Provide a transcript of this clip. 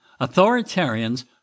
authoritarians